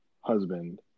husband